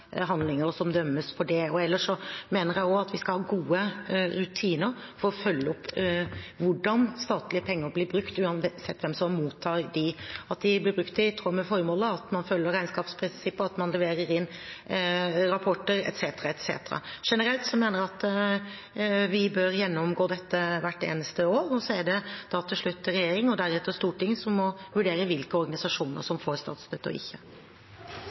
handlinger og som dømmes for det. Ellers mener jeg at vi skal ha gode rutiner for å følge opp hvordan statlige penger blir brukt, uansett hvem som mottar dem, at de blir brukt i tråd med formålet, at man følger regnskapsprinsippene, at man leverer inn rapporter etc. Generelt mener jeg vi bør gjennomgå dette hvert eneste år. Så er det til slutt regjeringen, og deretter Stortinget, som må vurdere hvilke organisasjoner som får statsstøtte. Replikkordskiftet er omme. La meg aller først si til representanten Aukrust at det at noen blir forfulgt og